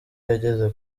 yageze